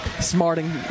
smarting